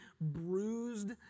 bruised